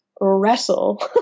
wrestle